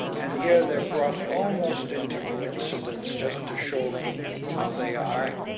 and here, they're brought almost into coincidence just to show how they are,